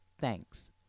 thanks